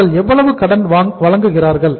அவர்கள் எவ்வளவு கடன் வழங்குவார்கள்